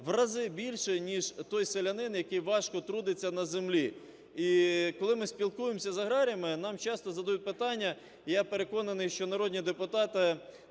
в рази більше, ніж той селянин, який важко трудиться на землі. І коли ми спілкуємось з аграріями, нам часто задають питання. І я переконаний, що народні депутати